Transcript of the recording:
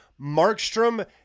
Markstrom